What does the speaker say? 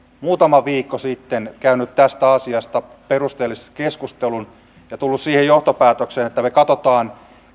muutama viikko sitten käynyt tästä asiasta perusteellisen keskustelun ja tullut siihen johtopäätökseen että me katsomme